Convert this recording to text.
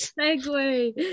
segue